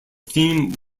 theme